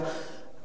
בעד הגזירות.